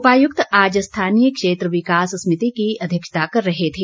उपायुक्त आज स्थानीय क्षेत्र विकास समिति की अध्यक्षता कर रहे थे